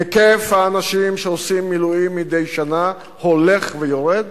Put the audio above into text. היקף האנשים שעושים מילואים מדי שנה הולך ויורד,